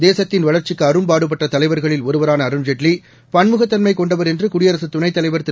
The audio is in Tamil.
தேசத்தின் வளர்ச்சிக்கு அரும்பாடுபட்ட தலைவர்களில் ஒருவரான அருண்ஜேட்லி பன்முகத்தன்மை கொண்டவர் என்று குடியரசுத் துணைத் தலைவர் திரு